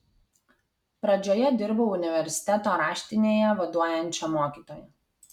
pradžioje dirbau universiteto raštinėje vaduojančia mokytoja